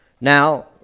Now